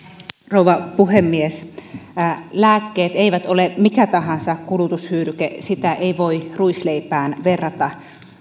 rouva puhemies lääkkeet eivät ole mikä tahansa kulutushyödyke niitä ei voi ruisleipään verrata